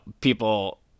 people